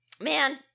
man